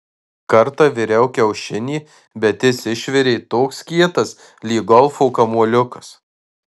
kartą viriau kiaušinį bet jis išvirė toks kietas lyg golfo kamuoliukas